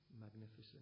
magnificent